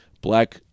black